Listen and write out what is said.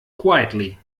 quietly